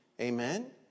Amen